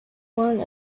one